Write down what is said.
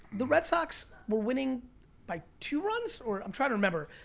the red sox were winning by two runs or i'm trying to remember.